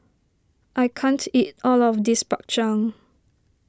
I can't eat all of this Bak Chang